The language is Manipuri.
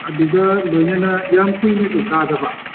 ꯑꯗꯨꯒ ꯂꯣꯏꯅꯅ ꯌꯥꯝ ꯀꯨꯏꯅꯁꯨ ꯇꯥꯗꯕ